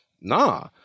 nah